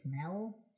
smell